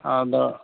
ᱟᱫᱚ